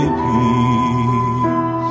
peace